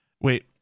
Wait